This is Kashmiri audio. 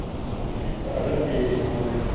اَہن حظ ٹھیٖک چھُ اَدٕ حظ بِہِو السلام علیکُم